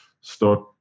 start